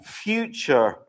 future